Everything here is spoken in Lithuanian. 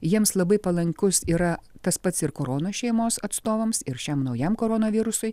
jiems labai palankus yra tas pats ir korona šeimos atstovams ir šiam naujam koronavirusui